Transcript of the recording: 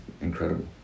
incredible